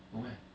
no meh